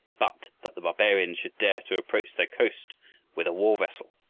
but that the barbarians should dare to approach their coast with a war-vessel!